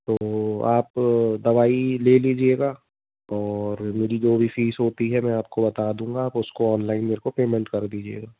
तो आप दवाई ले लीजिएगा और मेरी जो भी फ़ीस होती है मैं आपको बता दूँगा आप उसको ऑनलाइन मेरे को पेमेंट कर दीजिएगा